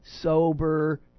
sober